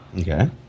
Okay